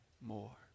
more